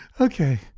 Okay